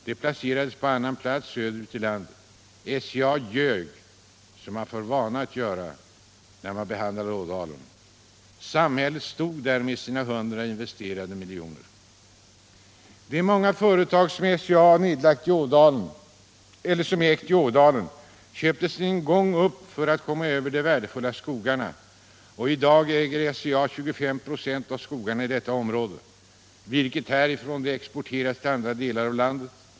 Det placerades på annan plats söderut i landet. SCA ljög som man har för vana att göra när man behandlar Ådalen. Samhället stod där med sina 100 investerade miljoner. De många företag som SCA ägt i Ådalen köptes en gång upp för att man ville komma över de värdefulla skogarna. I dag äger SCA 25 96 av skogarna i detta område. Virket härifrån exporteras till andra delar av landet.